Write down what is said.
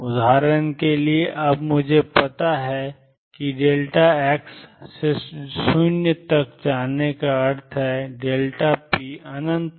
उदाहरण के लिए अब मुझे पता है कि x से 0 तक जाने का अर्थ है कि p अनंत तक जाता है